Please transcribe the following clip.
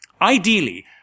Ideally